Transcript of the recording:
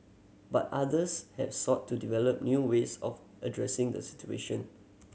but others have sought to develop new ways of addressing the situation